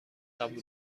قبول